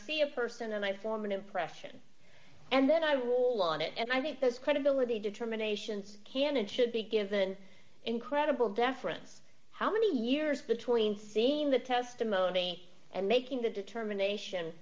see a person and i form an impression and then i will on it as i think the credibility determinations can and should be given incredible deference how many years between seeing the testimony and making the determination